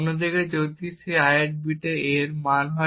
অন্যদিকে যদি সেই ith বিটে a এর মান 1 হয়